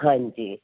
ਹਾਂਜੀ